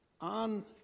on